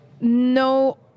no